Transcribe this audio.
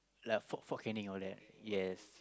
like Fort Fort-Canning all that yes